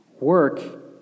Work